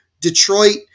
Detroit